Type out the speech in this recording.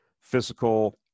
physical